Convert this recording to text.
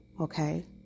okay